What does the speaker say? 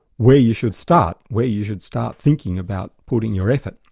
where you should start. where you should start thinking about putting your effort.